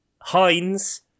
Heinz